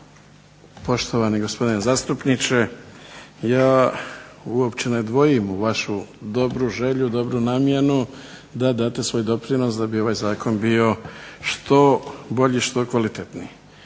poštovani gospodine zastupniče. Ja uopće ne dvojim u vašu dobru želju, dobru namjenu da date svoj doprinos da bi ovaj zakon bio što bolji, što kvalitetniji.